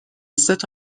set